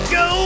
go